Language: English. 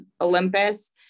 olympus